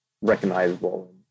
recognizable